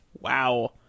Wow